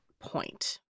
point